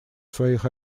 своих